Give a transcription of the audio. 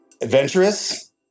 Adventurous